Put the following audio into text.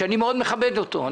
שאני מכבד אותו מאוד,